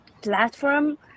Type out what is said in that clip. platform